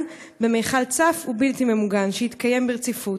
במכל צף ובלתי ממוגן שיתקיים ברציפות.